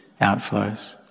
outflows